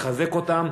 לחזק אותם,